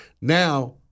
Now